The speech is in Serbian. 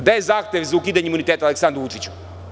Gde je zahtev za ukidanje imuniteta Aleksandru Vučiću?